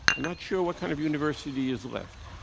i'm not sure what kind of university is left.